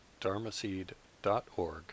dharmaseed.org